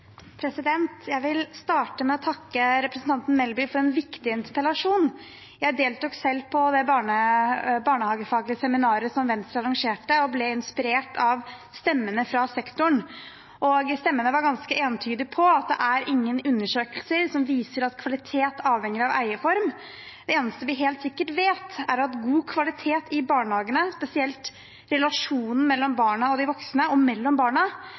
Jeg vil starte med å takke representanten Melby for en viktig interpellasjon. Jeg deltok selv på det barnehagefaglige seminaret som Venstre arrangerte, og ble inspirert av stemmene fra sektoren. Stemmene var ganske entydige på at ingen undersøkelser viser at kvalitet avhenger av eieform. Det eneste vi helt sikkert vet, er at god kvalitet i barnehagene, spesielt relasjonen mellom barna og de voksne og mellom barna,